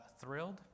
thrilled